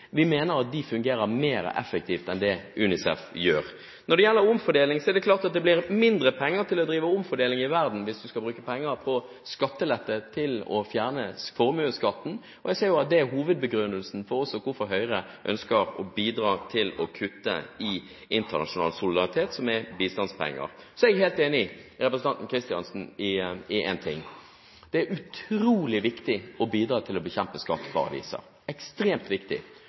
fungerer mer effektivt enn det UNICEF gjør. Når det gjelder omfordeling, er det klart at det blir mindre penger til å drive omfordeling i verden hvis en skal bruke penger på skattelette til å fjerne formuesskatten, og jeg ser jo at det er hovedbegrunnelsen for hvorfor Høyre ønsker å bidra til å kutte i internasjonal solidaritet, som er bistandspenger. Så er jeg helt enig med representanten Kristiansen i én ting: Det er utrolig viktig å bidra til å bekjempe skatteparadiser – ekstremt viktig.